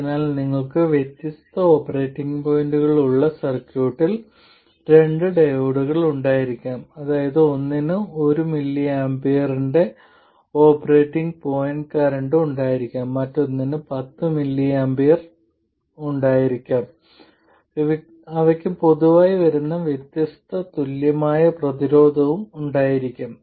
അതിനാൽ നിങ്ങൾക്ക് വ്യത്യസ്ത ഓപ്പറേറ്റിംഗ് പോയിന്റുകളുള്ള സർക്യൂട്ടിൽ രണ്ട് ഡയോഡുകൾ ഉണ്ടായിരിക്കാം അതായത് ഒന്നിന് 1mA ന്റെ ഓപ്പറേറ്റിംഗ് പോയിന്റ് കറന്റ് ഉണ്ടായിരിക്കാം മറ്റൊന്നിന് 10mA ഉണ്ടായിരിക്കാം അവയ്ക്ക് പൊതുവായി വ്യത്യസ്ത തുല്യമായ പ്രതിരോധം ഉണ്ടായിരിക്കും